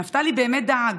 נפתלי באמת דאג,